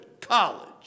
college